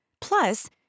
Plus